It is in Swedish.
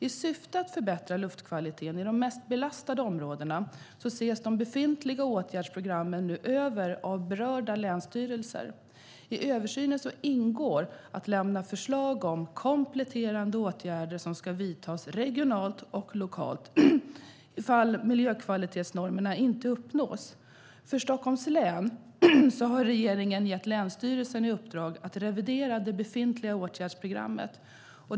I syfte att förbättra luftkvaliteten i de mest belastade områdena ses de befintliga åtgärdsprogrammen nu över av berörda länsstyrelser. I översynerna ingår att lämna förslag om kompletterande åtgärder som ska vidtas regionalt och lokalt ifall miljökvalitetsnormerna inte uppnås. För Stockholms län har regeringen gett länsstyrelsen i uppdrag att revidera det befintliga åtgärdsprogrammet.